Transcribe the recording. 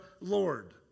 Lord